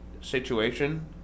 situation